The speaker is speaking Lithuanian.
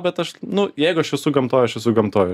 bet aš nu jeigu aš esu gamtoj aš esu gamtoj